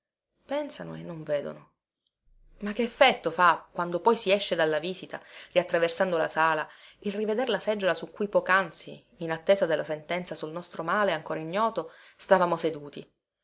pensano e non vedono ma che effetto fa quando poi si esce dalla visita riattraversando la sala il riveder la seggiola su cui pocanzi in attesa della sentenza sul nostro male ancora ignoto stavamo seduti